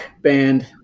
band